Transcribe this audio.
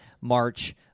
March